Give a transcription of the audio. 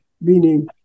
Meaning